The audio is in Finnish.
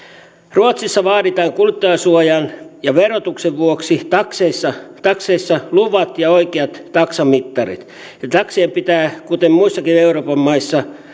ruotsissa vaaditaan kuluttajansuojan ja verotuksen vuoksi takseissa takseissa luvat ja oikeat taksamittarit ja taksien pitää kuten muissakin euroopan maissa